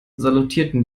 salutierten